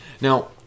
Now